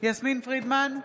יסמין פרידמן,